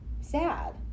sad